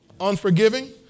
unforgiving